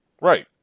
Right